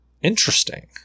Interesting